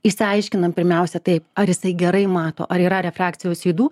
išsiaiškinam pirmiausia taip ar jisai gerai mato ar yra refrakcijos ydų